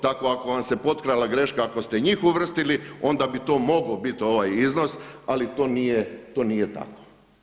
Tako ako vam se potkrala greška, ako ste njih uvrstili onda bi to mogao biti ovaj iznos, ali to nije tako.